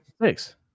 Thanks